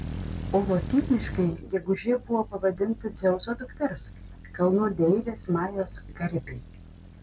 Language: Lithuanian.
o lotyniškai gegužė buvo pavadinta dzeuso dukters kalnų deivės majos garbei